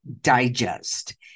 Digest